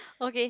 okay